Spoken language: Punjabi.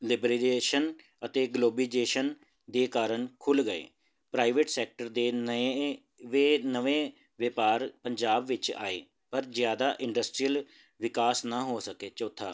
ਲਿਬਰੀਜੇਸ਼ਨ ਅਤੇ ਗਲੋਬੀਜੇਸ਼ਨ ਦੇ ਕਾਰਨ ਖੁੱਲ੍ਹ ਗਏ ਪ੍ਰਾਈਵੇਟ ਸੈਕਟਰ ਦੇ ਨਏ ਵੇ ਨਵੇਂ ਵਪਾਰ ਪੰਜਾਬ ਵਿੱਚ ਆਏ ਪਰ ਜ਼ਿਆਦਾ ਇੰਡਸਟਰੀਅਲ ਵਿਕਾਸ ਨਾ ਹੋ ਸਕੇ ਚੌਥਾ